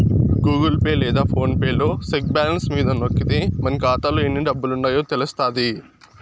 Google Pay లేదా PhonePe లలో check balance మీద నొక్కితే మన కాతాలో ఎన్ని డబ్బులుండాయో తెలస్తాది